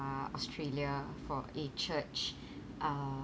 australia for a church uh